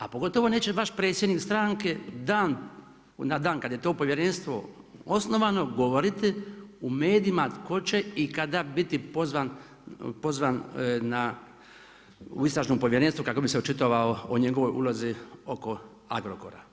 A pogotovo neće vaš predsjednik stranke na dan kada je to povjerenstvo osnovano govoriti u medijima tko će i kada biti pozvan u istražnom povjerenstvu kako bi se očitovao o njegovoj ulozi oko Agrokora.